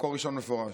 מקור ראשון מפורש.